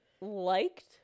liked